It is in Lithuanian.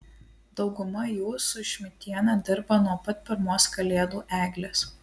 dauguma jų su šmidtiene dirba nuo pat pirmos kalėdų eglės